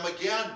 again